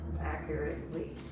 accurately